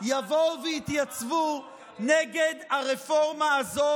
יבואו ויתייצבו נגד הרפורמה הזו